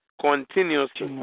continuously